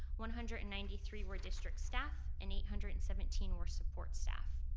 one hundred and ninety three were district staff, and eight hundred and seventeen were support staff.